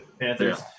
Panthers